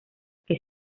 que